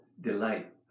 delight